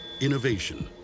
Innovation